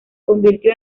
convirtió